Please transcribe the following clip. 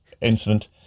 incident